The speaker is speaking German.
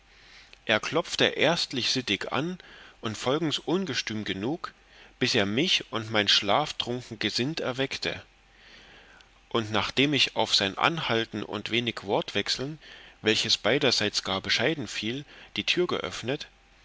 er klopfte erstlich sittig an und folgends ungestüm genug bis er mich und mein schlaftrunken gesind erweckte und nachdem ich auf sein anhalten und wenig wortwechseln welches beiderseits gar bescheiden fiel die türe geöffnet